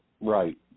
Right